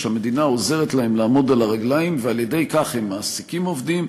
שהמדינה עוזרת להם לעמוד על הרגליים ועל-ידי כך הם מעסיקים עובדים,